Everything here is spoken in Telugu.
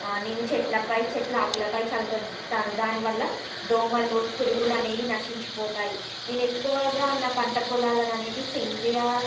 ఆ నేను చెట్లపై చెట్ల ఆకులపై చల్లుతూతాను దానివల్ల దోమలు పురుగులనేవి నశించిపోతాయి నేను ఎక్కువగా నా పంటపొలాలన్నింటిని సేంద్రియ